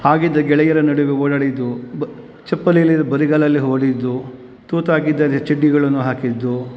ಹಾಗಿದ್ದ ಗೆಳೆಯರ ನಡುವೆ ಓಡಾಡಿದ್ದು ಬ ಚಪ್ಪಲೀಲ್ದಿದ್ದ ಬರಿಗಾಲಲ್ಲಿ ಓಡಿದ್ದು ತೂತಾಗಿದ್ದ ಚಡ್ಡಿಗಳನ್ನು ಹಾಕಿದ್ದು